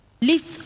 lift